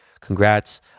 Congrats